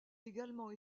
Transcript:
également